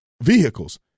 vehicles